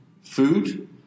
food